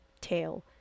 tail